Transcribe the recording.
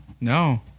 no